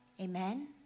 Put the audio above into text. Amen